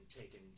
taken